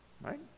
right